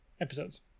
episodes